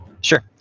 Sure